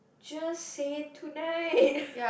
just say tonight